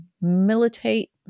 militate